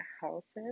houses